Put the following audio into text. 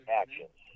actions